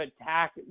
attack